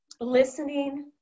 listening